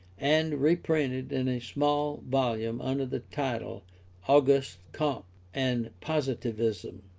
and reprinted in a small volume under the title auguste comte and positivism.